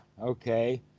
Okay